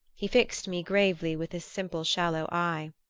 he fixed me gravely with his simple shallow eye.